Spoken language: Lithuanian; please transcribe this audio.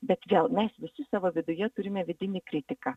bet vėl mes visi savo viduje turime vidinį kritiką